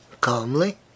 calmly